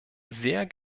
sehr